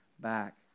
back